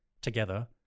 Together